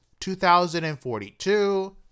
2042